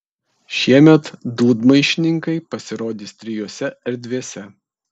šiemet dūdmaišininkai pasirodys trijose erdvėse